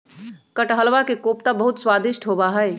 कटहलवा के कोफ्ता बहुत स्वादिष्ट होबा हई